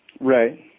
Right